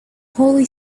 holy